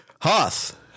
Hoth